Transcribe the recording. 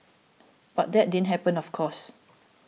but that didn't happen of course